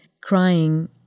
crying